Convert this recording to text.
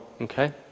okay